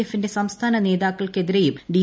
എഫിന്റെ സംസ്ഥാന നേതാക്കൾക്കെതിരെയും ഡി